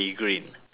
pilot